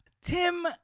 Tim